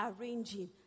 arranging